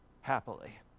happily